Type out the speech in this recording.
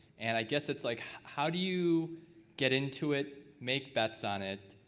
and i guess it's like how do you get into it, make bets on it,